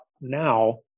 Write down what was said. now